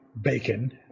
bacon